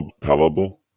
Palatable